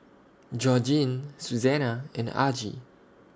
Georgene Susana and Argie